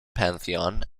pantheon